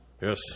Yes